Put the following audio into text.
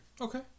Okay